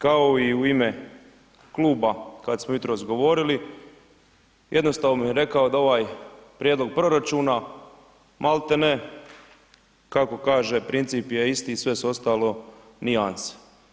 Kao i u ime kluba kada smo jutros govorili jednostavno bi rekao da ovaj prijedlog proračuna maltene kako kaže princip je isti sve su ostalo nijanse.